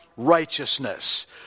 Righteousness